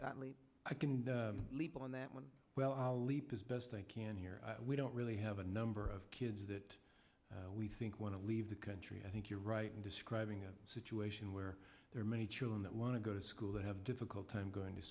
iraq i can leave on that one well leap as best i can here we don't really have a number of kids that we think want to leave the country i think you're right in describing a situation where there are many children that want to go to school that have difficult time going to